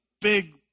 big